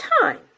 time